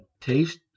Taste